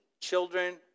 children